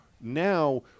Now